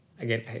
Again